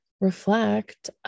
reflect